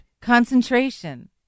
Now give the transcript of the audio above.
concentration